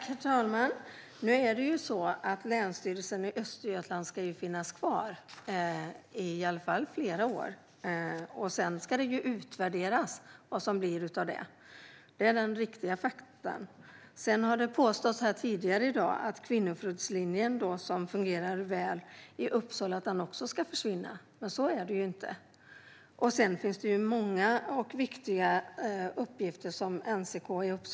Herr talman! Verksamheten i Länsstyrelsen Östergötland ska finnas kvar i flera år. Sedan ska den utvärderas. Det är fakta. Det har tidigare i dag påståtts att Kvinnofridslinjen i Uppsala, som fungerar väl, också ska försvinna. Men så är det inte. NCK i Uppsala har många och viktiga uppgifter.